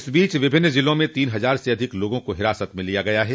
इस बीच विभिन्न जिलों में तीन हजार से अधिक लोगों को हिरासत में लिया गया है